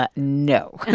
but no. and